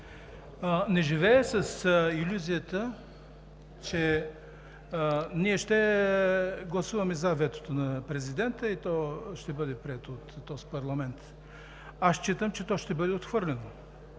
Не живея с илюзията, че ние ще гласуваме „за“ ветото на президента и то ще бъде прието от този парламент. Считам, че ще бъде отхвърлено.